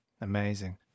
Amazing